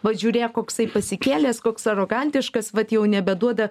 va žiūrėk koksai pasikėlęs koks arogantiškas vat jau nebeduoda